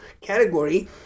category